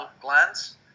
glands